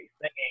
singing